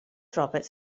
roberts